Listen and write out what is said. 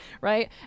Right